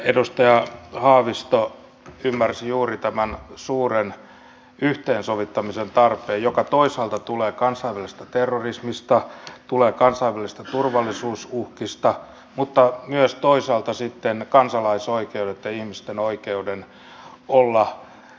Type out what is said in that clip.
edustaja haavisto ymmärsi juuri tämän suuren yhteensovittamisen tarpeen joka toisaalta tulee kansainvälisestä terrorismista tulee kansainvälisistä turvallisuusuhkista mutta myös toisaalta sitten kansalaisoikeuksista ja ihmisten oikeudesta olla tarkkailun ulkopuolella